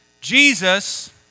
Jesus